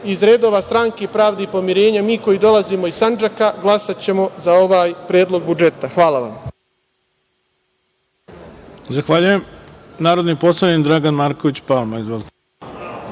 iz redova Stranke pravde i pomirenja, mi koji dolazimo iz Sandžaka glasaćemo za ovaj Predlog budžeta. Hvala vam.